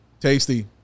Tasty